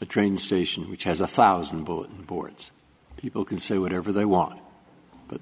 the train station which has a thousand bulletin boards people can say whatever they want but